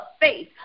faith